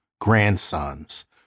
grandsons